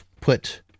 put